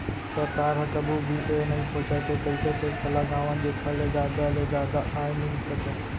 सरकार ह कभू भी ए नइ सोचय के कइसे टेक्स लगावन जेखर ले जादा ले जादा आय मिल सकय